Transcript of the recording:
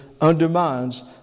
undermines